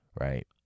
right